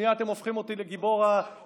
בשנייה אתם הופכים אותי לגיבור האומה.